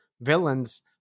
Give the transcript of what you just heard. villains